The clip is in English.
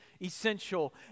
essential